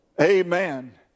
Amen